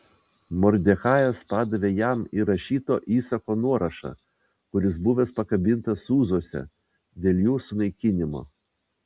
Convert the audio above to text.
mordechajas padavė jam ir rašyto įsako nuorašą kuris buvęs pakabintas sūzuose dėl jų sunaikinimo